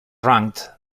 ranked